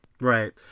right